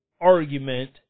argument